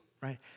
right